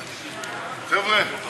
חבר'ה,